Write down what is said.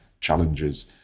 challenges